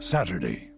Saturday